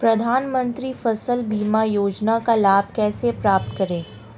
प्रधानमंत्री फसल बीमा योजना का लाभ कैसे प्राप्त करें?